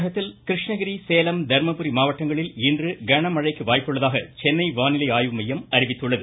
தமிழகத்தில் கிருஷ்ணகிரி சேலம் தர்மபுரி மாவட்டங்களில் இன்று கனமழைக்கு வாய்ப்புள்ளதாக சென்னை வானிலை மையம் அறிவித்துள்ளது